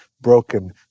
broken